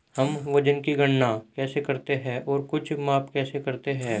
हम वजन की गणना कैसे करते हैं और कुछ माप कैसे करते हैं?